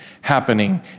happening